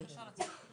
בלבד.